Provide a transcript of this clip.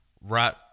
right